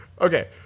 Okay